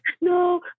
No